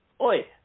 Oi